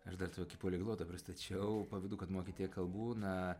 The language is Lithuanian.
aš dar tokį poliglotą pristačiau pavydu kad moki tiek kalbų na